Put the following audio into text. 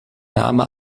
name